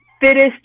fittest